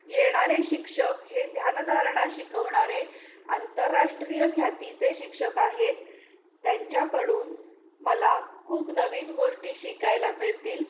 येणारे शिक्षक हे ध्यानधारणा शिकवणारे आंतरराष्ट्रीय ख्यातीचे शिक्षक आहेत त्यांच्याकडून मला खूप नवीन गोष्टी शिकायला मिळतील